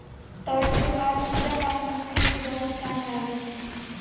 तर त्यौहार, पूजा पाठ में फूल के बहुत काम लागेला